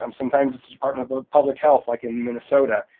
um sometimes it's the department of ah public health like in minnesota,